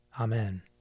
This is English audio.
Amen